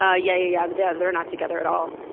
ah yeah yeah, but they're they're not together at all.